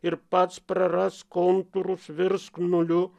ir pats prarask kontūrus virsk nuliu